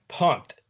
pumped